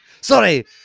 Sorry